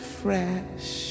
fresh